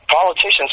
Politicians